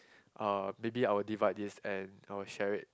uh maybe I will divide this and I will share it